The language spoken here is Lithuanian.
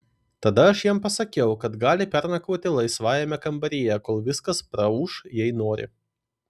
tada aš jam pasakiau kad gali pernakvoti laisvajame kambaryje kol viskas praūš jei nori